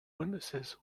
witnesses